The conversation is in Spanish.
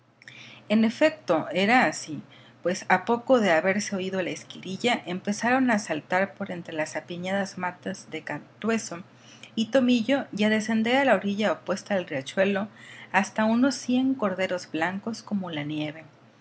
en efecto era así pues a poco de haberse oído la esquililla empezaron a saltar por entre las apiñadas matas de cantueso y tomillo y a descender a la orilla opuesta del riachuelo hasta unos cien corderos blancos como la nieve